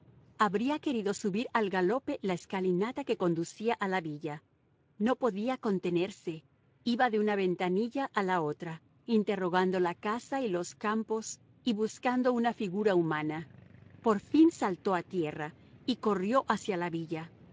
habría querido subir al galope la escalinata que conducía a la villa no podía contenerse iba de una ventanilla a la otra interrogando la casa y los campos y buscando una figura humana por fin saltó a tierra corrió hacia la villa